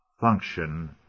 function